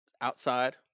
outside